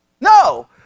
No